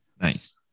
nice